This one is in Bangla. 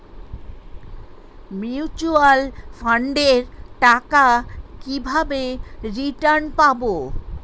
মিউচুয়াল ফান্ডের টাকা কিভাবে রিটার্ন পাব?